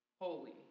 holy